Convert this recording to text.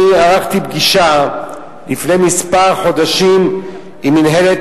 אני ערכתי פגישה לפני כמה חודשים עם מנהלת